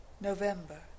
November